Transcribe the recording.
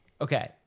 Okay